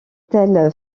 tel